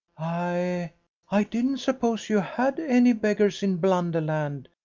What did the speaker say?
i i didn't suppose you had any beggars in blunderland,